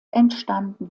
entstanden